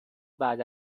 بعد